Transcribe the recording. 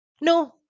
No